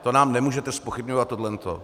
To nám nemůžete zpochybňovat, tohle to.